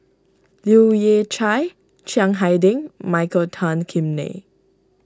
Leu Yew Chye Chiang Hai Ding Michael Tan Kim Nei